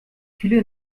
viele